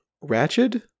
ratchet